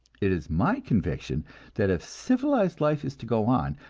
it is my conviction that if civilized life is to go on,